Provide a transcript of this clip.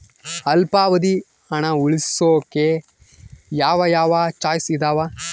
ಅಲ್ಪಾವಧಿ ಹಣ ಉಳಿಸೋಕೆ ಯಾವ ಯಾವ ಚಾಯ್ಸ್ ಇದಾವ?